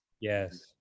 Yes